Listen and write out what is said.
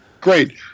Great